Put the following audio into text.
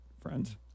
friends